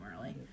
early